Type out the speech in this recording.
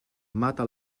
mata